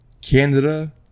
Canada